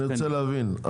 אני רוצה להבין,